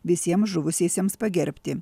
visiems žuvusiesiems pagerbti